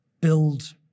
build